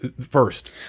First